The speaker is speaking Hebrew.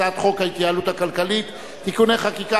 הצעת חוק ההתייעלות הכלכלית (תיקוני חקיקה